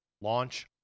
launch